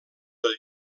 del